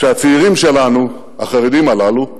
שהצעירים שלנו, החרדים הללו,